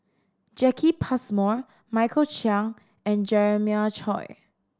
Jacki Passmore Michael Chiang and Jeremiah Choy